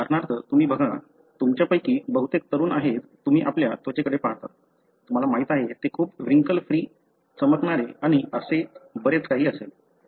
उदाहरणार्थ तुम्ही बघा तुमच्यापैकी बहुतेक तरुण आहेत तुम्ही आपल्या त्वचेकडे पाहता तुम्हाला माहीत आहे ते खूप व्रीन्कल फ्री चमकणारे आणि असेच बरेच काही असेल